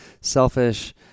selfish